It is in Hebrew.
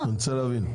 אני רוצה להבין.